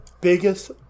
biggest